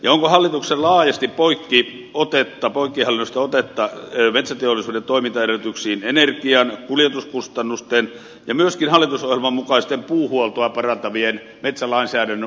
onko hallituksella laajasti poikkihallinnollista otetta metsäteollisuuden toimintaedellytyksiin energian kuljetuskustannusten ja myöskin hallitusohjelman mukaisten puuhuoltoa parantavien metsälainsäädännön uudistamisen ja metsänhoitoyhdistysjärjestelmän osalta